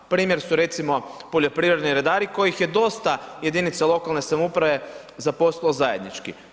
Primjer su recimo poljoprivredni redari kojih je dosta jedinica lokalne samouprave zaposlilo zajednički.